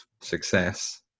success